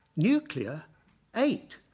nuclear eight.